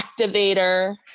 activator